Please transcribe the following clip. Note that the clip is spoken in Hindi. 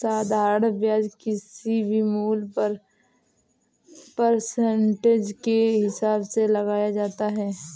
साधारण ब्याज किसी भी मूल्य पर परसेंटेज के हिसाब से लगाया जाता है